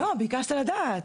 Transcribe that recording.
לא, ביקשת לדעת.